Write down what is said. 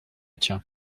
tien